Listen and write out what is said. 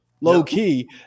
low-key